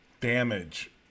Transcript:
damage